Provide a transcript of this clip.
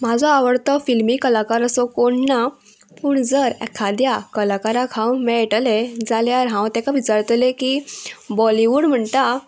म्हाजो आवडतो फिल्मी कलाकार असो कोण ना पूण जर एखाद्या कलाकाराक हांव मेळटले जाल्यार हांव तेका विचारतलें की बॉलिवूड म्हणटा